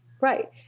Right